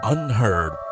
unheard